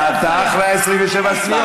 אתה אחרי ה-27 שניות.